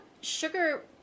sugar